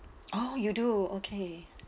oh you do okay